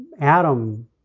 Adam